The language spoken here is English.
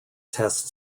test